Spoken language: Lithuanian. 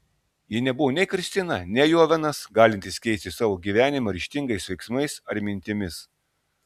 ji nebuvo nei kristina nei ovenas galintys keisti savo gyvenimą ryžtingais veiksmais ar mintimis